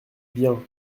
bien